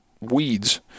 weeds